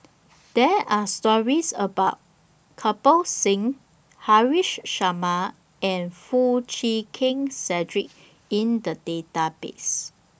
There Are stories about Kirpal Singh Haresh Sharma and Foo Chee Keng Cedric in The Database